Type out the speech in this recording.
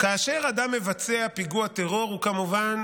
כאשר אדם מבצע פיגוע טרור, הוא כמובן